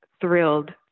thrilled